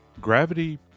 Gravity